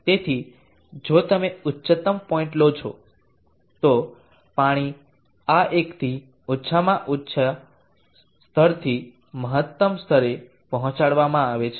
તેથી જો તમે ઉચ્ચતમ પોઇન્ટ લો છો તો પાણી આ એકથી ઓછામાં ઓછા સ્તરથી મહત્તમ સ્તરે પહોંચાડવામાં આવે છે